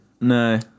No